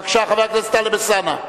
בבקשה, חבר הכנסת טלב אלסאנע.